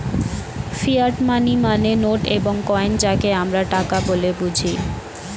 fiat money মানে note এবং coin যাকে আমরা টাকা বলে বুঝি